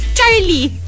Charlie